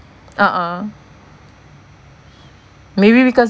a'ah maybe because